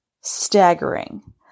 staggering